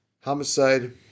Homicide